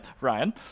ryan